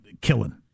killing